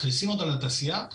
מכניסים אותו לתעשייה,